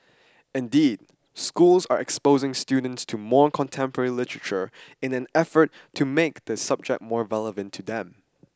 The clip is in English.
indeed schools are exposing students to more contemporary literature in an effort to make the subject more relevant to them